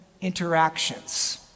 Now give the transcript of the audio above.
interactions